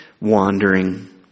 wandering